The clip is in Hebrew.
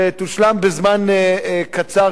ותושלם בזמן קצר,